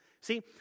See